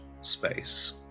space